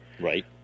Right